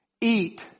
Eat